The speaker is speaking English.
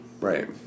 Right